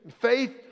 faith